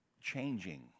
changing